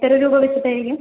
എത്ര രൂപ വെച്ച് തരും